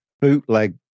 bootleg